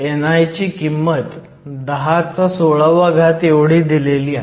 ni ची किंमत 1016 एवढी दिलेली आहे